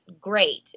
great